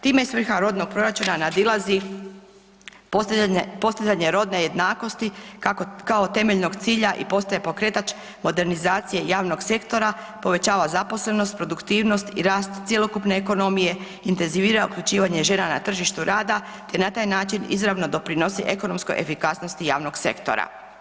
Time svrha rodnog proračuna nadilazi postavljanje rodne jednakosti kao temeljnog cilja i postaje pokretač modernizacije javnog sektora, povećava zaposlenost, produktivnost i rast cjelokupne ekonomije, intenzivira uključivanje žena na tržištu rada, te na taj način izravno doprinosi ekonomskoj efikasnosti javnog sektora.